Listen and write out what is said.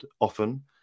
often